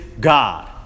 God